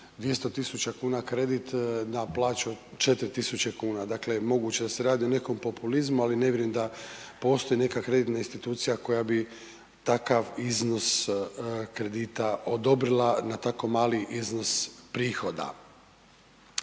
200 tisuća kuna kredit na plaću 4 tisuće kuna, dakle, moguće da se radi o nekom populizmu, ali ne vjerujem da postoji neka kreditna institucija koja bi takav iznos kredita odobrila na tako mali iznos prihoda.